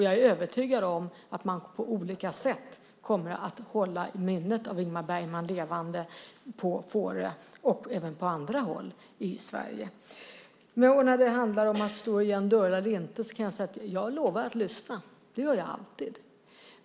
Jag är övertygad om att man på olika sätt kommer att hålla minnet av Ingmar Bergman levande på Fårö och även på andra håll i Sverige. När det handlar om att slå igen dörrar och inte lovar jag att lyssna. Det gör jag alltid.